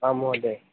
आं महोदय